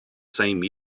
same